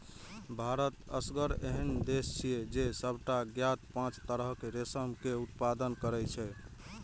भारत एसगर एहन देश छियै, जे सबटा ज्ञात पांच तरहक रेशम के उत्पादन करै छै